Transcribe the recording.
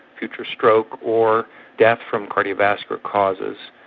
future stroke, or death from cardiovascular causes.